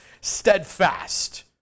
steadfast